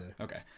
Okay